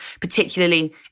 particularly